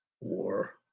war